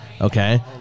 Okay